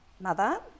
mother